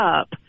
up